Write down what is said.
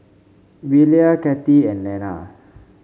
Belia Cathy and Nella